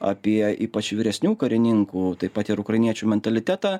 apie ypač vyresniųjų karininkų taip pat ir ukrainiečių mentalitetą